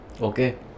Okay